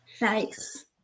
Nice